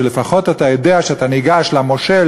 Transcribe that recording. שלפחות אתה יודע שכשאתה ניגש למושל,